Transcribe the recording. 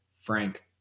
Frank